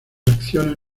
acciones